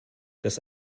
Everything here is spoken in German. das